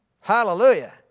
Hallelujah